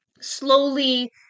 slowly